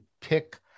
pick